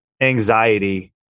anxiety